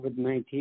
COVID-19